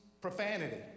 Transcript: profanity